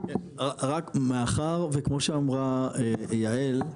רק מאחר וכמו שאמרה יעל,